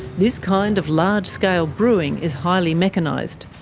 this kind of large-scale brewing is highly mechanised,